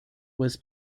was